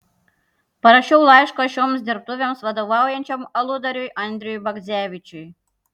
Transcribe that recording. parašiau laišką šioms dirbtuvėms vadovaujančiam aludariui andriui bagdzevičiui